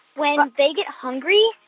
when they get hungry.